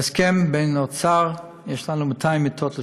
בהסכם עם האוצר יש לנו 200 מיטות לשנה,